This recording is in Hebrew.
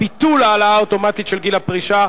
ביטול העלאה אוטומטית של גיל הפרישה),